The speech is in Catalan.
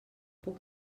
puc